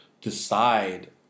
decide